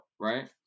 right